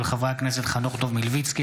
של חברי הכנסת חנוך דב מלביצקי,